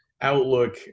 outlook